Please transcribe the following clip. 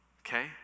Okay